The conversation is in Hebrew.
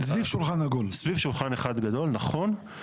סביב שולחן אחד גדול מרובע.